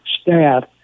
staff